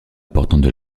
importantes